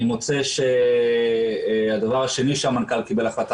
אני מוצא שהדבר השני שהמנכ"ל קיבל לגביו החלטה